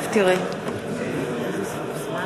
רבותי, להלן התוצאות, לסעיף 43(3),